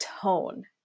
tone